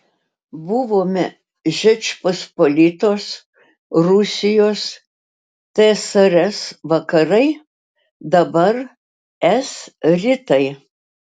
buvome žečpospolitos rusijos tsrs vakarai dabar es rytai